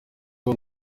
abo